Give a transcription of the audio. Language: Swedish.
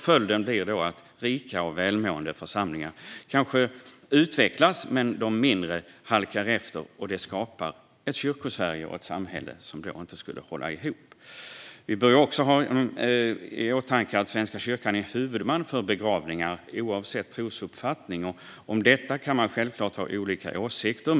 Följden blir att rika och välmående församlingar kanske utvecklas men att de mindre halkar efter. Det skulle skapa ett Kyrkosverige och ett samhälle som inte håller ihop. Vi bör också ha i åtanke att Svenska kyrkan är huvudman för begravningar oavsett trosuppfattning. Om detta kan man självklart ha olika åsikter.